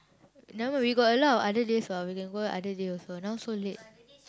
never mind we got a lot of other days [what] we can go other day also now so late